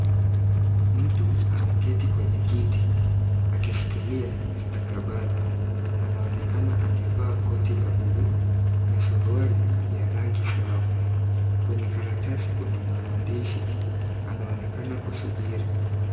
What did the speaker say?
Mtu ameketi kwenye kiti akishikilia stakabadhi. Anaonekana amevaa koti la blue na suruali ya rangi sawa. Kwenye karatasi kuna maandishi. Anaonekana kusubiri.